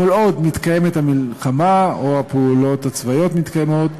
כל עוד מתקיימת המלחמה או הפעולות הצבאיות מתקיימות,